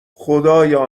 خدایا